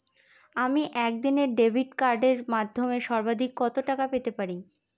আমি একদিনে ডেবিট কার্ডের মাধ্যমে সর্বাধিক কত টাকা পেতে পারি?